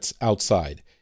outside